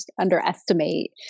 underestimate